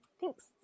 Thanks